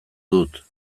dut